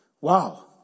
wow